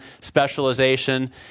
specialization